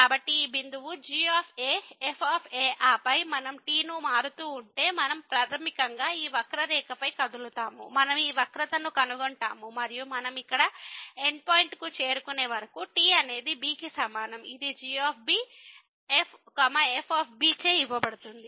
కాబట్టి ఈ బిందువు g f ఆపై మనం t ను మారుతూ ఉంటే మనం ప్రాథమికంగా ఈ వక్రరేఖపై కదులుతాము మనం ఈ వక్రతను కనుగొంటాము మరియు మనం ఇక్కడ ఎండ్ పాయింట్ కు చేరుకునే వరకు t అనేది b కి సమానం ఇది g f చే ఇవ్వబడుతుంది